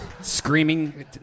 screaming